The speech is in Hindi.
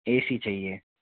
ऐ सी चाहिए